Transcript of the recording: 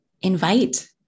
invite